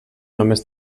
només